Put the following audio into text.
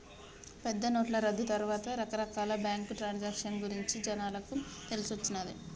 పెద్దనోట్ల రద్దు తర్వాతే రకరకాల బ్యేంకు ట్రాన్సాక్షన్ గురించి జనాలకు తెలిసొచ్చిన్నాది